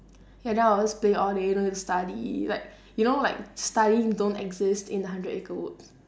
ya then I will always play all day don't need to study like you know like studying don't exist in the hundred acre woods